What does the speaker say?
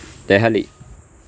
Delhi